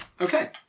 Okay